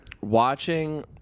watching